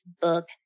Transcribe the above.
book